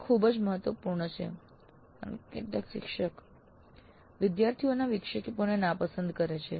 આ ખૂબ જ મહત્વપૂર્ણ છે કારણ કે કેટલાક શિક્ષકો વિદ્યાર્થીઓના વિક્ષેપોને નાપસંદ કરે છે